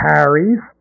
Harry's